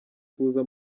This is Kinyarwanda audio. kuza